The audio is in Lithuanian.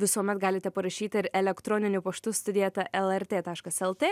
visuomet galite parašyti ir elektroniniu paštu studija eta elertė taškas lt